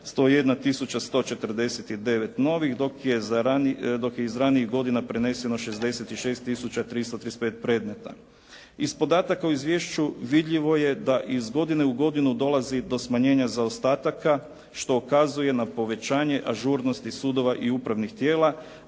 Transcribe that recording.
149 novih dok je iz ranijih godina preneseno 66 tisuća 335 predmeta. Iz podataka u izvješću vidljivo je da iz godine u godinu dolazi do smanjenja zaostataka što ukazuje na povećanje ažurnosti sudova i upravnih tijela